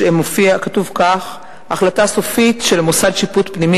הזה כתוב כך: "החלטה סופית של מוסד שיפוט פנימי